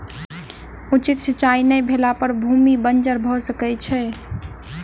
उचित सिचाई नै भेला पर भूमि बंजर भअ सकै छै